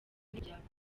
ntibyakunze